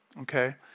Okay